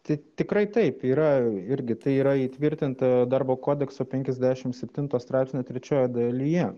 tai tikrai taip yra irgi tai yra įtvirtinta darbo kodekso penkiasdešim septinto straipsnio trečioje dalyje